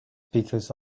because